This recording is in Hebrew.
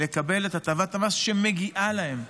לקבל את הטבת המס שמגיעה להם.